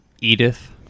Edith